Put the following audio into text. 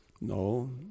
No